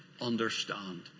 understand